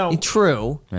True